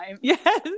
Yes